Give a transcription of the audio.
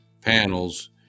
panels